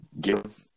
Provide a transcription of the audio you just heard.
Give